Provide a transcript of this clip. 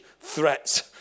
threats